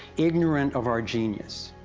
ignorant of our genius,